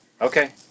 Okay